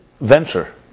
venture